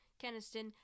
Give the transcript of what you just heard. Keniston